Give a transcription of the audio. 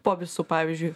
po visų pavyzdžiui